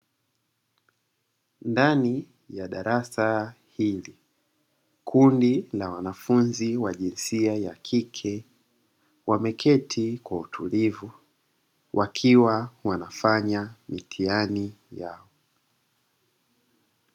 Ndani ya darasa hili kundi la wanafunzi wa jinsia ya kike wameketi kwa utulivu, wakiwa wanafanya mitihani yao.